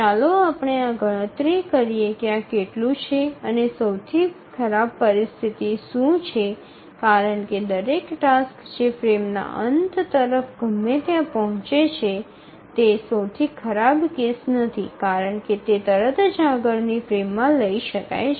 ચાલો આપણે આ ગણતરી કરીએ કે આ કેટલું છે અને સૌથી ખરાબ પરિસ્થિતિ શું છે કારણ કે દરેક ટાસ્ક કે જે ફ્રેમના અંત તરફ ગમે ત્યાં પહોંચે છે તે સૌથી ખરાબ કેસ નથી કારણ કે તે તરત જ આગળની ફ્રેમમાં લઈ શકાય છે